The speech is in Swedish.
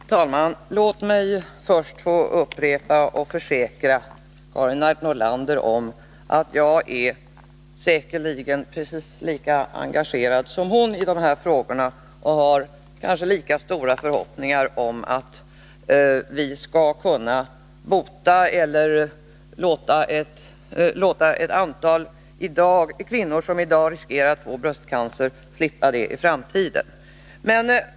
Herr talman! Låt mig först få upprepa och försäkra Karin Nordlander om att jag säkerligen är precis lika engagerad i de här frågorna som hon är. Och jag har kanske lika stora förhoppningar om att vi skall kunna bota eller låta ett antal kvinnor som i dag riskerar att få bröstcancer slippa det i framtiden.